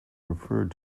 referred